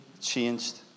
changed